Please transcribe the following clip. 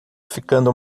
ficando